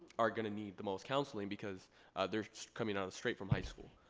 are gonna need the most counseling because they're coming on straight from high school.